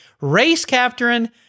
race-capturing